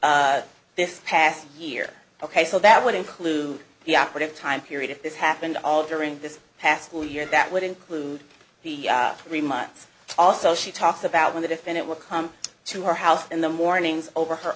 lot this past year ok so that would include the operative time period if this happened all during this past year that would include the three months also she talks about when the defendant would come to her house in the mornings over her